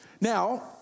Now